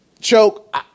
Choke